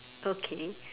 okay